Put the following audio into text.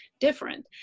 different